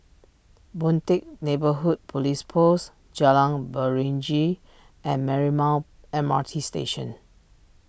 Boon Teck Neighbourhood Police Post Jalan Beringin and Marymount M R T Station